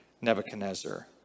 Nebuchadnezzar